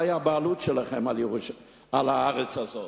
מהי הבעלות שלכם על הארץ הזאת?